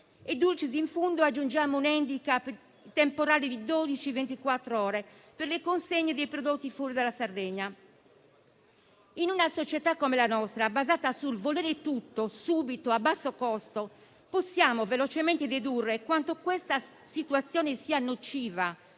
*dulcis in fundo*, un *handicap* temporale di dodici-ventiquattr'ore per le consegne dei prodotti fuori dalla Sardegna: in una società come la nostra, basata sul volere tutto, subito e a basso costo, possiamo velocemente dedurre quanto questa situazione sia nociva